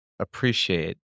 appreciate